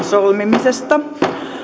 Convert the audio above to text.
solmimisesta